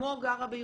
אימו גרה בירושלים.